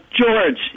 George